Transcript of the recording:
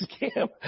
scam